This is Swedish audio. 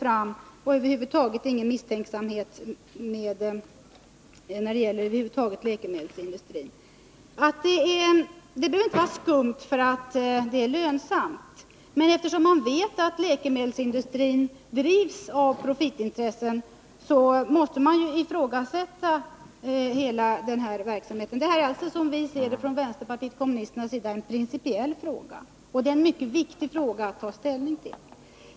Det finns över huvud taget ingen misstänksamhet mot läkemedelsindustrin. Det behöver inte vara skumt bara för att det är lönsamt, men då man vet att läkemedelsindustrin drivs av profitintressen, måste man ifrågasätta hela verksamheten. Vänsterpartiet kommunisterna anser att det här är en principiell fråga som det är mycket viktigt att ta ställning till.